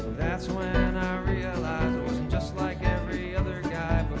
that's when and i realized i wasn't just like every other guy but